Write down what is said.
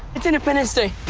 it's independence day.